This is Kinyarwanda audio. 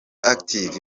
active